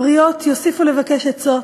הבריות יוסיפו לבקש עצות,